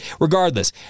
regardless